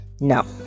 no